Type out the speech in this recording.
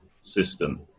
system